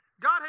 God